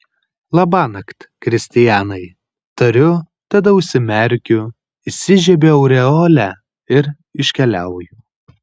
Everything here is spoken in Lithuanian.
labanakt kristianai tariu tada užsimerkiu įsižiebiu aureolę ir iškeliauju